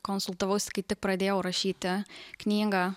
konsultavausi kai tik pradėjau rašyti knygą